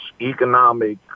economic